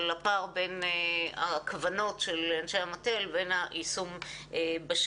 על הפער בין הכוונות של אנשי המטה לבין היישום בשטח.